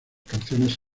canciones